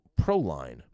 proline